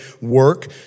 work